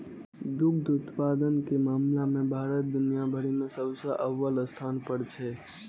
दुग्ध उत्पादन के मामला मे भारत दुनिया भरि मे सबसं अव्वल स्थान पर छै